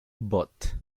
bot